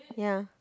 ya